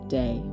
day